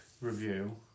review